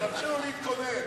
תתחילו להתכונן.